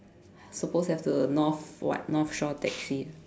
supposed to have the north what north shore taxi